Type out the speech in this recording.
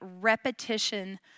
repetition